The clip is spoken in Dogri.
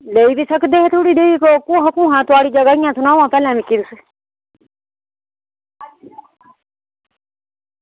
लेई बी सकदे हे कुत्थें थुआढ़ी जगह पैह्लें मिगी सनाओ हां कुत्थें